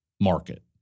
market